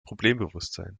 problembewusstsein